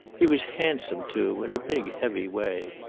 he was handsome, too, in a big, heavy way.